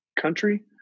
country